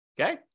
Okay